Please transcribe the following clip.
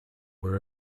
were